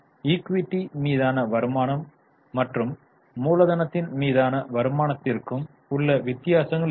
equity மீதான வருமானம் மற்றும் மூலதனத்தின் மீதான வருமானத்திற்கும் உள்ள வித்தியாசங்கள் என்ன